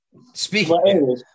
Speaking